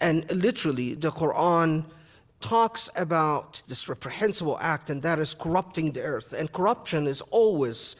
and, literally, the qur'an talks about this reprehensible act, and that is corrupting the earth, and corruption is always